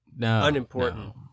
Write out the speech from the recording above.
unimportant